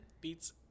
beats